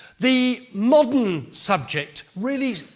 the modern subject really